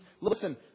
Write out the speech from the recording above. listen